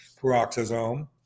peroxisome